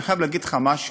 אני חייב להגיד לך משהו,